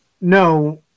no